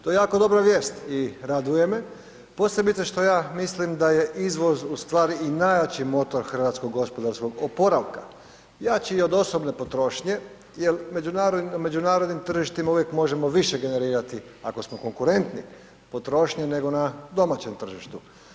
To je jako dobra vijest i raduje me, posebice što ja mislim da je izvoz u stvari i najjači motor hrvatskog gospodarskog oporavka, jači i od osobne potrošnje jer međunarodnim tržištima uvijek možemo više generirati ako smo konkurentni potrošnje nego na domaćem tržištu.